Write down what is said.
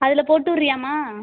அதில் போட்டு விடுறியாம்மா